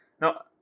Now